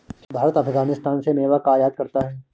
भारत अफगानिस्तान से मेवा का आयात करता है